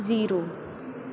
zero